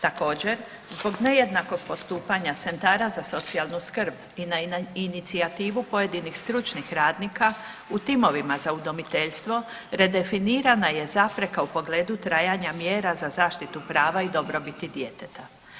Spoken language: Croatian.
Također zbog nejednakog postupanja centara za socijalnu skrb i na inicijativu pojedinih stručnih radnika u timovima za udomiteljstvo redefinirana je zapreka u pogledu trajanja mjera za zaštitu prava i dobrobiti djeteta.